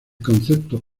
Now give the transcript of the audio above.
concepto